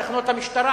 את תחנות המשטרה,